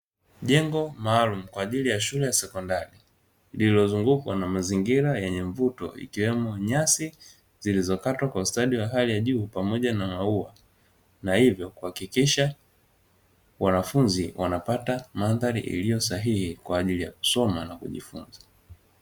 Jengo maalumu kwa ajili ya shule ya sekondari lililozungukwa na mazingira yenye mvuto ikiwemo nyasi zilizokatwa kwa ustadi wa hali ya juu, pamoja na maua, na hivyo kuhakikisha wanafunzi wanapata mandhari iliyo sahihi kwa ajili ya kusoma na kujifunza.